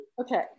okay